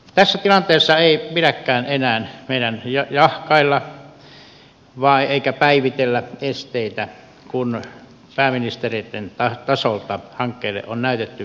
tässä tilanteessa ei pidäkään enää meidän jahkailla eikä päivitellä esteitä kun pääministereitten tasolta hankkeelle on näytetty vihreää valoa